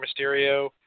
Mysterio